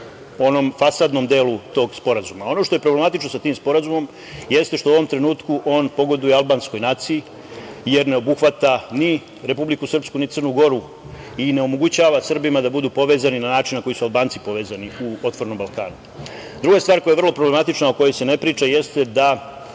onom fasadnom delu tog sporazuma. Ono što je problematično sa tim sporazumom, jeste što u ovom trenutku on pogoduje albanskoj naciji, jer ne obuhvata ni Republiku Srpsku, ni Crnu Goru i ne omogućava Srbima da budu povezani na način na koji su Albanci povezani u "Otvorenom Balkanu“.Druga stvar, koja je vrlo problematična, a o kojoj se ne priča, jeste da